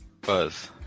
Buzz